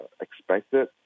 expected